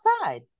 outside